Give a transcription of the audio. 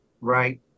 right